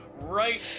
right